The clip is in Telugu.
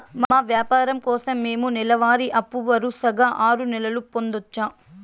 మా వ్యాపారం కోసం మేము నెల వారి అప్పు వరుసగా ఆరు నెలలు పొందొచ్చా?